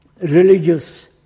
religious